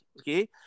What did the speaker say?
okay